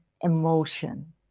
emotion